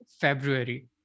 February